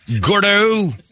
Gordo